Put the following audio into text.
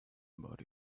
about